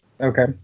Okay